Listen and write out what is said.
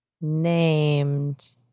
named